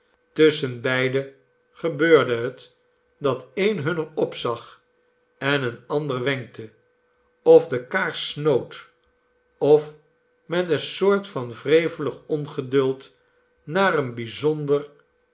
tusschenbeide gebeurde het dat een hunner opzag en een ander wenkte of de kaars snoot of met eene soort van wrevelig ongeduld naar een bijzonder